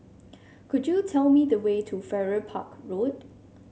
could you tell me the way to Farrer Park Road